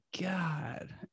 God